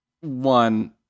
one